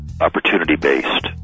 opportunity-based